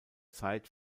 zeit